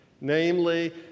Namely